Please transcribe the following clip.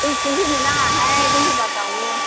दैखौ होनो नाङाहाय दै होबा गावो